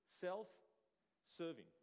self-serving